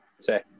say